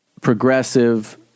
progressive